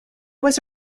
was